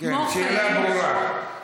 השאלה ברורה.